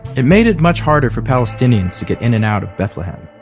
it made it much harder for palestinians to get in and out of bethlehem